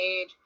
age